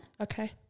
Okay